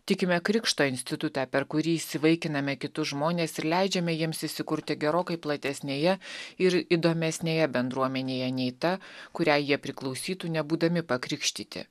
tikime krikšto institutą per kurį įsivaikiname kitus žmones ir leidžiame jiems įsikurti gerokai platesnėje ir įdomesnėje bendruomenėje nei ta kuriai jie priklausytų nebūdami pakrikštyti